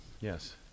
Yes